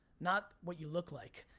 not what you look like.